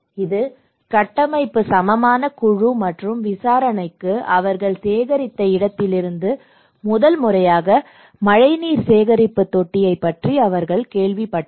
இது கட்டமைப்பு சமமான குழு மற்றும் விசாரணைக்கு அவர்கள் சேகரித்த இடத்திலிருந்து முதல் முறையாக மழைநீர் சேகரிப்பு தொட்டியைப் பற்றி அவர்கள் கேள்விப்பட்டார்கள்